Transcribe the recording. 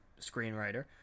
screenwriter